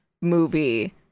movie